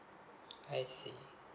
I see